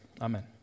Amen